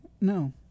No